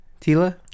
Tila